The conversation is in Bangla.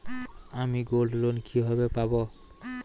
আমি গোল্ডলোন কিভাবে পাব?